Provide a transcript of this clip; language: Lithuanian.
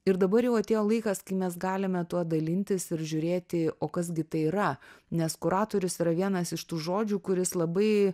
ir dabar jau atėjo laikas kai mes galime tuo dalintis ir žiūrėti o kas gi tai yra nes kuratorius yra vienas iš tų žodžių kuris labai